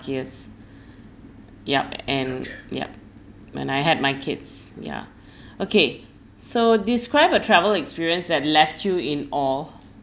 yup and yup when I had my kids yeah okay so describe a travel experience that left you in awe